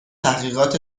تحقیقات